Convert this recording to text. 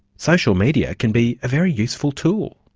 social media can be a very useful tool.